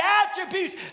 attributes